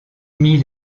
mille